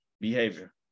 behavior